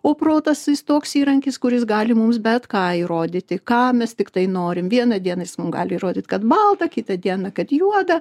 o protas jis toks įrankis kuris gali mums bet ką įrodyti ką mes tiktai norim vieną dieną jis mums gali įrodyti kad balta kitą dieną kad juoda